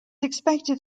expected